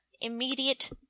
immediate